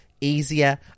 easier